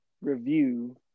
review